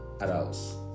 adults